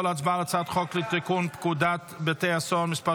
נעבור להצבעה על הצעת חוק לתיקון פקודת בתי הסוהר (מס'